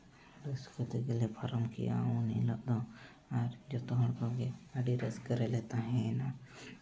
ᱨᱟᱹᱥᱠᱟᱹ ᱛᱮᱜᱮᱞᱮ ᱯᱟᱨᱚᱢ ᱠᱮᱫᱼᱟ ᱩᱱ ᱦᱤᱞᱳᱜ ᱫᱚ ᱟᱨ ᱡᱚᱛᱚ ᱦᱚᱲ ᱠᱚᱜᱮ ᱟᱹᱰᱤ ᱨᱟᱹᱥᱠᱟᱹ ᱨᱮᱞᱮ ᱛᱟᱦᱮᱸᱭᱮᱱᱟ